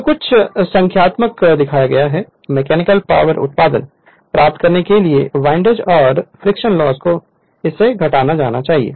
तो कुछ संख्यात्मक दिखाएगामैकेनिकल पावर उत्पादन प्राप्त करने के लिए विंडेज और फ्रिक्शन लॉस को इससे घटाया जाना चाहिए